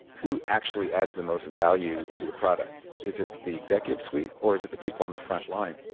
who actually adds the most value to the product? is it the executive suite or is it the people on the front line?